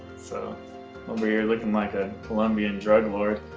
so i'm over here looking like a columbian drug lord.